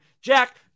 Jack